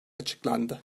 açıklandı